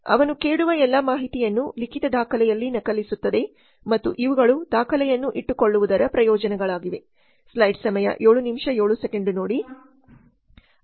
ಅವನು ಕೇಳುವ ಎಲ್ಲಾ ಮಾಹಿತಿಯನ್ನು ಲಿಖಿತ ದಾಖಲೆಯಲ್ಲಿ ನಕಲಿಸುತ್ತದೆ ಮತ್ತು ಇವುಗಳು ದಾಖಲೆಯನ್ನು ಇಟ್ಟುಕೊಳ್ಳುವುದರ ಪ್ರಯೋಜನಗಳಾಗಿವೆ